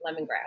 lemongrass